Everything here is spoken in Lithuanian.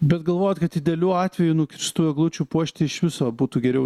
bet galvojat kad idealiu atveju nukirstų eglučių puošti iš viso būtų geriau